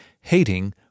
hating